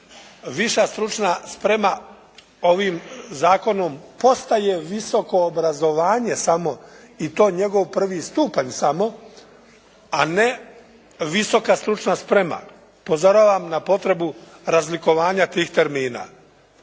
"viša stručna sprema" ovim zakonom postaje visoko obrazovanje samo, i to njegov prvi stupanj samo, a ne visoka stručna sprema. Upozoravam na potrebu razlikovanja tih termina.